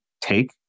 take